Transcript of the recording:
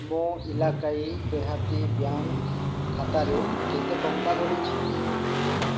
ମୋ ଇଲାକାଈ ଦେହାତୀ ବ୍ୟାଙ୍କ ଖାତାରେ କେତେ ଟଙ୍କା ବଳିଛି